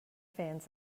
fans